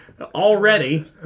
already